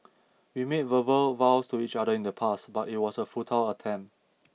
we made verbal vows to each other in the past but it was a futile attempt